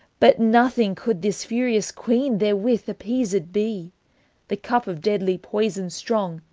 but nothing could this furious queene therewith appeased bee the cup of deadlye poyson stronge,